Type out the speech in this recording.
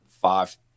five